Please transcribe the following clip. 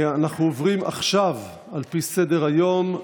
אנחנו עוברים עכשיו, על פי סדר-היום,